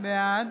בעד